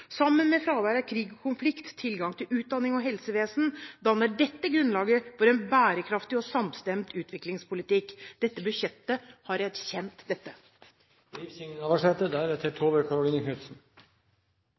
Sammen med fravær av krig og konflikt, tilgang til utdanning og helsevesen, danner dette grunnlaget for en bærekraftig og samstemt utviklingspolitikk. Dette budsjettet har erkjent